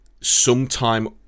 sometime